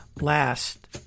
last